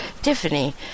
Tiffany